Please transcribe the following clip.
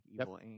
Evil